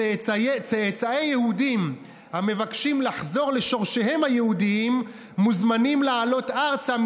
צאצאי יהודים המבקשים לחזור לשורשיהם היהודיים מוזמנים לעלות ארצה,